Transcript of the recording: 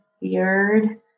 weird